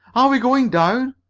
are we going down?